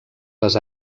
les